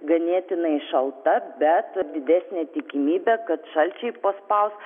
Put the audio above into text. ganėtinai šalta bet didesnė tikimybė kad šalčiai paspaus